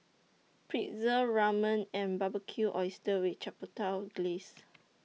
Pretzel Ramen and Barbecued Oysters with Chipotle Glaze